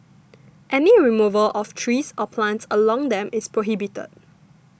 any removal of trees or plants along them is prohibited